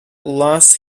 lost